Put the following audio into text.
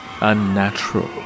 unnatural